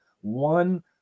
one